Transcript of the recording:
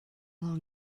long